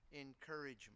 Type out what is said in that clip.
Encouragement